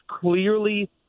clearly –